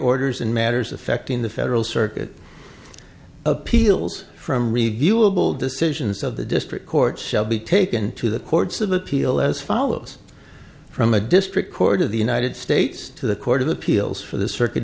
orders and matters affecting the federal circuit appeals from reviewable decisions of the district court shall be taken to the courts of appeal as follows from a district court of the united states to the court of appeals for the circuit